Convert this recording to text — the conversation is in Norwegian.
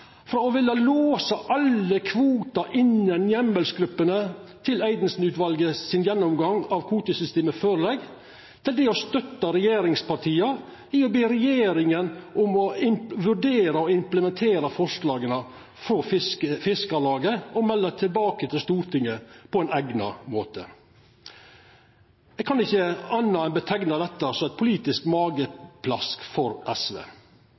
frå å villa låsa alle kvotar innan heimelsgruppene til Eidesen-utvalet sin gjennomgang av kvotesystemet føreligg, til det å støtta regjeringspartia i å be regjeringa vurdera å implementera forslaga frå Fiskarlaget og melda tilbake til Stortinget på eigna måte. Eg kan ikkje anna enn kalla det for eit politisk mageplask for SV.